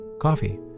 coffee